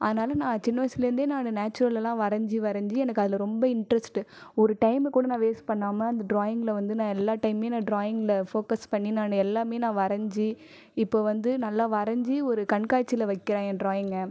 அதனால் நான் சின்ன வயசுலேந்தே நான் நேச்சுரல்லலாம் வரஞ்சு வரஞ்சு எனக்கு அதில் ரொம்ப இன்ட்ரெஸ்ட்டு ஒரு டைமு கூட நான் வேஸ்ட் பண்ணாமல் அந்த ட்ராயிங்கில வந்து நான் எல்லா டைம்மே நான் ட்ராயிங்கில ஃபோகஸ் பண்ணி நான் எல்லாமே நான் வரஞ்சு இப்போ வந்து நல்லா வரஞ்சு ஒரு கண்காட்சியில வைக்கிறே என் ட்ராயிங்கை